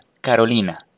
Carolina